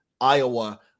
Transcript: Iowa